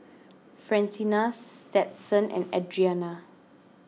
Francina Stetson and Adrienne